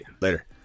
Later